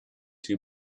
two